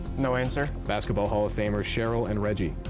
no answer. basketball hall of famer cheryl and reggie.